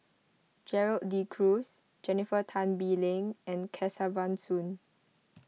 Gerald De Cruz Jennifer Tan Bee Leng and Kesavan Soon